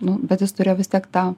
nu bet jis turėjo vis tiek tą